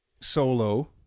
solo